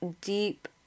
deep